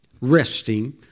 resting